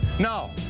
No